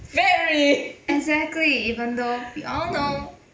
very